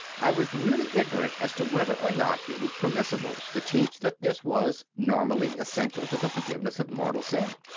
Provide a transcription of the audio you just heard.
i was really ignorant as to whether or not it was per missible to teach that this was, normally, essential to the forgiveness of mortal sin.